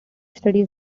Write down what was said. studies